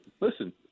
listen